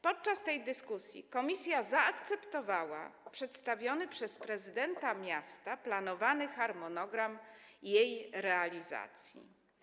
Podczas tej dyskusji komisja zaakceptowała przedstawiony przez prezydenta miasta planowany harmonogram jej realizacji.